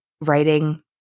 writing